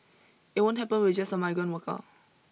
it won't happen with just a migrant worker